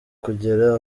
kugera